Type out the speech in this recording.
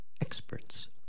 experts